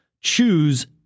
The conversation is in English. choose